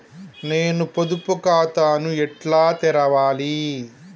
నేను పొదుపు ఖాతాను ఎట్లా తెరవాలి?